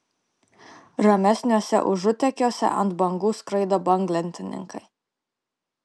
ramesniuose užutekiuose ant bangų skraido banglentininkai